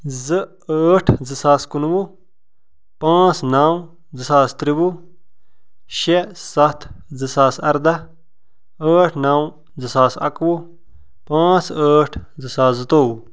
زٕ ٲٹھ زٕ ساس کُنوُہ پانٛژھ نَو زٕ ساس ترٛووُہ شےٚ ستھ زٕ ساس اَرداہ ٲٹھ نَو زٕ ساس اَکوُہ پانٛژھ ٲٹھ زٕ ساس زٕتووُہ